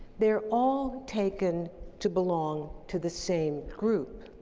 they're all taken to belong to the same group.